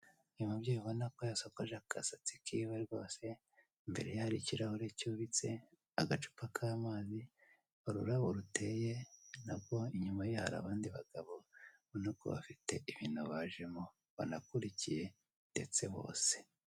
Umubyeyi ubona ko yasokoje agasatsi kiwe rwose, imbere ye hari ikirahuri cyubitse agacupa k'amazi, ururabo ruteye, nabwo inyuma ye hari abandi bagabo ubona ko bafite ibintu bajemo banakurikiye ndetse bose.